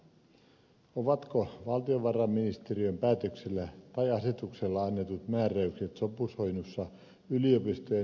ovatko valtiovarainministeriön päätöksellä tai asetuksella annetut määräykset sopusoinnussa yliopistojen itsehallinnon kanssa